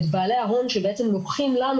את בעלי ההון שבעצם לוקחים לנו,